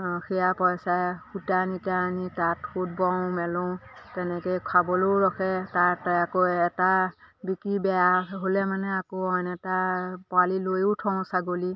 সেয়া পইচাৰে সূতা নিতা আনি তাত সোঁত বওঁ মেলোঁ তেনেকৈ খাবলৈও ৰখে তাত আকৌ এটা বিকি বেয়া হ'লে মানে আকৌ অইন এটা পোৱালি লৈও থওঁ ছাগলী